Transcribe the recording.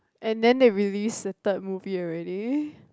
and then they release the third movie already